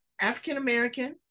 African-American